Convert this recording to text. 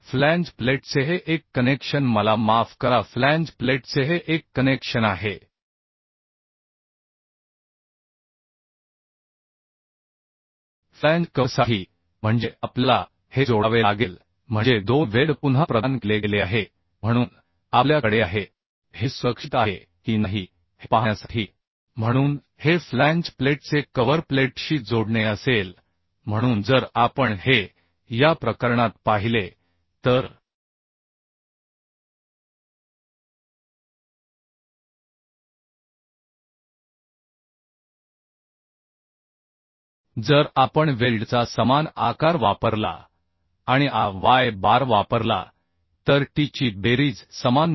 flange प्लेटचे हे एक कनेक्शन मला माफ करा फ्लॅंज प्लेटचे हे एक कनेक्शन आहे फ्लॅंज कव्हरसाठी म्हणजे आपल्याला हे जोडावे लागेल म्हणजे 2 वेल्ड पुन्हा प्रदान केले गेले आहे म्हणून आपल्या कडे आहे हे सुरक्षित आहे की नाही हे पाहण्यासाठी म्हणून हे फ्लॅंज प्लेटचे कव्हर प्लेटशी जोडणे असेल म्हणून जर आपण हे या प्रकरणात पाहिले तर जर आपण वेल्डचा समान आकार वापरला आणि Ay बार वापरला तर T ची बेरीज समान 9